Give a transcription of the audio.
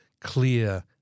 clear